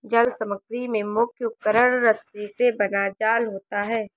जल समग्री में मुख्य उपकरण रस्सी से बना जाल होता है